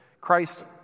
Christ